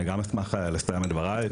אני גם אשמח לסיים את דבריי.